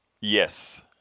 Yes